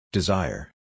Desire